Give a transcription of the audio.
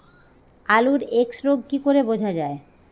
আলুর এক্সরোগ কি করে বোঝা যায়?